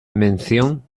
mención